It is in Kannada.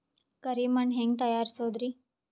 ಕರಿ ಮಣ್ ಹೆಂಗ್ ತಯಾರಸೋದರಿ?